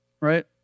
right